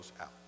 out